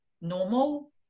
normal